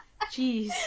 Jeez